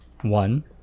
One